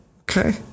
okay